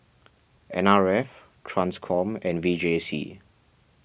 N R F Transcom and V J C